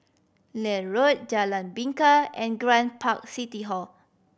Neil Road Jalan Bingka and Grand Park City Hall